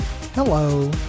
Hello